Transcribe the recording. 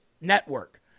network